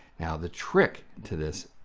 now the trick to this,